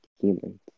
humans